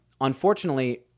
Unfortunately